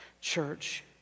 Church